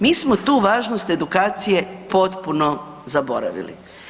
Mi smo tu važnost edukacije potpuno zaboravili.